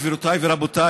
גבירותיי ורבותיי,